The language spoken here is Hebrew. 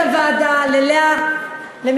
מה עם האופוזיציה?